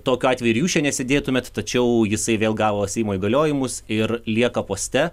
tokiu atveju ir jūs čia nesėdėtumėt tačiau jisai vėl gavo seimo įgaliojimus ir lieka poste